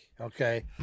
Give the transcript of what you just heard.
okay